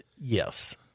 Yes